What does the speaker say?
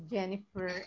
Jennifer